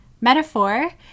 Metaphor